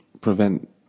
prevent